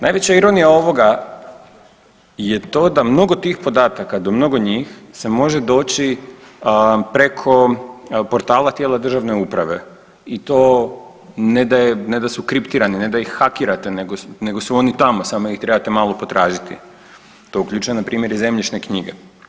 Najveća ironija ovoga je to da mnogo tih podatka, do mnogo njih se može doći preko portala tijela državne uprave i to ne da su kriptirani, ne da ih hakirate nego su oni tamo samo ih trebate malo potražiti, to uključuje npr. i zemljišne knjige.